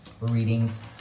readings